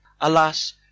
alas